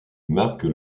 marque